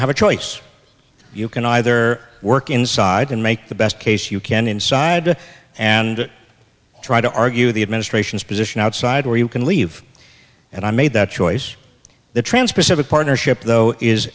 have a choice you can either work inside and make the best case you can inside and try to argue the administration's position outside or you can leave and i made that choice the trans pacific partnership though is